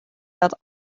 dat